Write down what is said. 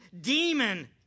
demon